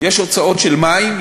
יש הוצאות על מים,